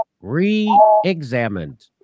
re-examined